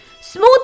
smooth